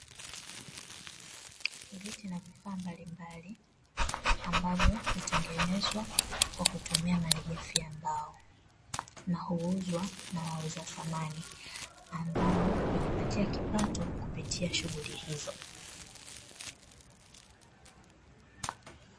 Viti na vifaa mbalimbali ambavyo hutengenezwa kwa kutumia malighafi ya mbao, na huuzwa na wauza samani ambao hujipatia kipato kupitia shughuli hizo.